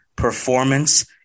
Performance